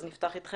אז נפתח אתכם,